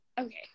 okay